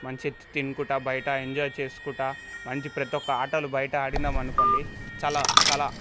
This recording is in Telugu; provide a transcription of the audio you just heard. మంచిగా తినుకుంటూ బయట ఎంజాయ్ చేసుకుంటా మంచి ప్రతీ ఒక్క ఆటలు బయట ఆడాము అనుకోండి చాలా చాలా